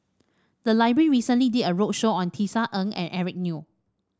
the library recently did a roadshow on Tisa Ng and Eric Neo